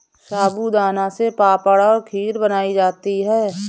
साबूदाना से पापड़ और खीर बनाई जाती है